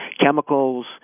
chemicals